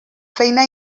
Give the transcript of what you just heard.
feina